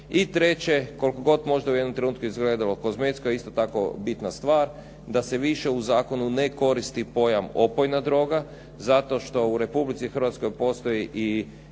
I treće, koliko god možda u jednom trenutku izgledalo kozmetsko, isto tako bitne stvar, da se više u zakonu ne koristi pojam opojna droga zato što u Republici Hrvatskoj postoji i